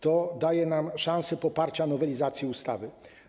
To daje nam szansę na poparcie nowelizacji ustawy.